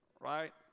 right